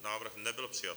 Návrh nebyl přijat.